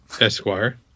Esquire